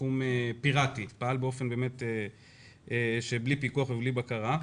תחום פיראטי ופעל בלי פיקוח ובלי בקרה.